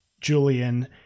julian